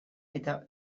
eta